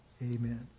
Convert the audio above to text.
Amen